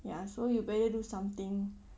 ya so you better do something